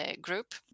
group